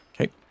Okay